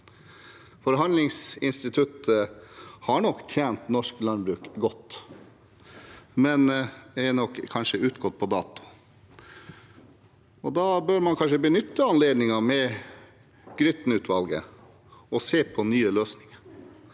Forhandlingsinstituttet har nok tjent norsk landbruk godt, men det er kanskje utgått på dato. Da bør man benytte anledningen med Grytten-utvalget til å se på nye løsninger